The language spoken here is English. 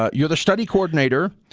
ah you're the study coordinator,